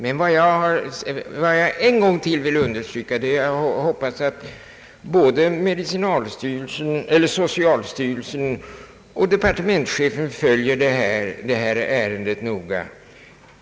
Jag vill dock än en gång uttala den förhoppningen att både socialstyrelsen och departementschefen noga följer detta ärende.